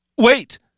Wait